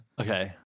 Okay